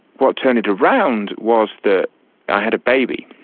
what turned it around was that i had a baby,